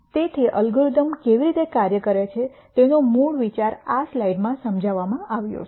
તેથી અલ્ગોરિધમ્સ કેવી રીતે કાર્ય કરે છે તેનો મૂળ વિચાર આ સ્લાઇડમાં સમજાવવામાં આવ્યો છે